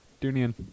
Dunian